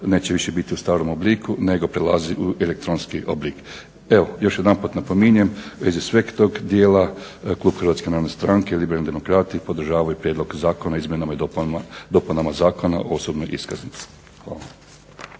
neće više biti u starom obliku nego prelazi u elektronski oblik. Evo, još jedanput napominjem u vezi sveg tog dijela klub Hrvatske narodne stranke Liberalni demokrati podržavaju prijedlog Zakona o izmjenama i dopunama Zakona o osobnoj iskaznici. Hvala.